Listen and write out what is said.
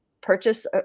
purchase